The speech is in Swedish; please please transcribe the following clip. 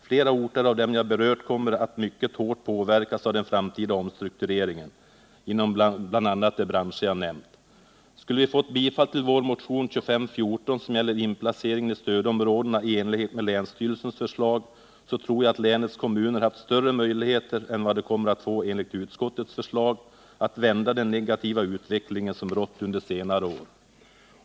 Flera orter av dem jag berört kommer att mycket hårt påverkas av den framtida omstruktureringen inom bl.a. de branscher jag nämnt. Skulle vi ha fått bifall till vår motion 2514, som gäller inplaceringen i stödområdena i enlighet med länsstyrelsens förslag, så tror jag att länets kommuner haft större möjligheter än vad de kommer att få enligt utskottets förslag att vända den negativa utveckling som rått under senare år.